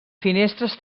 finestres